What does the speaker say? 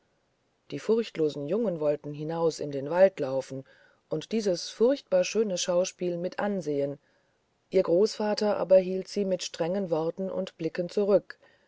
die furchtlosen jungen wollten hinaus in den wald laufen und dieses furchtbar schöne schauspiel mit ansehen ihr großvater aber hielt sie mit strengem wort und blick zurück